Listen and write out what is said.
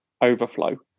overflow